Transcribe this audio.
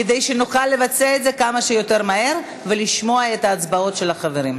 כדי שנוכל לבצע את זה כמה שיותר מהר ולשמוע את ההצבעות של החברים.